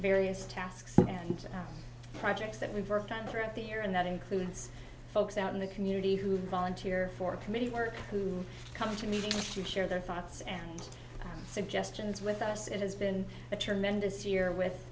various tasks and projects that we've worked on throughout the year and that includes folks out in the community who volunteer for committee work who come to meetings to share their thoughts and suggestions with us it has been a tremendous year with